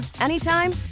anytime